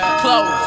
close